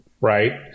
Right